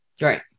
Right